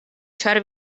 ĉar